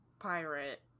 pirate